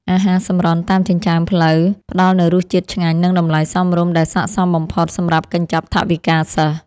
អាហារសម្រន់តាមចិញ្ចើមផ្លូវផ្តល់នូវរសជាតិឆ្ងាញ់និងតម្លៃសមរម្យដែលស័ក្តិសមបំផុតសម្រាប់កញ្ចប់ថវិកាសិស្ស។